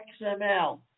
XML